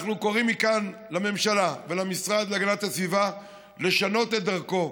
אנחנו קוראים מכאן לממשלה ולמשרד להגנת הסביבה לשנות את דרכו,